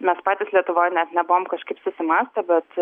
mes patys lietuvoj net nebuvom kažkaip susimąstę bet